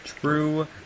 True